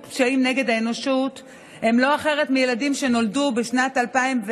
פשעים נגד האנושות הם לא אחרת מילדים שנולדו בשנת 2005,